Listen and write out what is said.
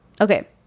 okay